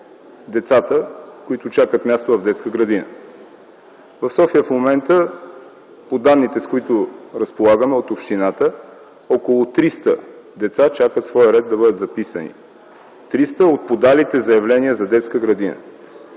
децата, които чакат място в детска градина. В София в момента, по данните, с които разполагаме от общината, около 300 деца чакат своя ред да бъдат записани. Триста от подалите заявление за детска градина.